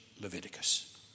Leviticus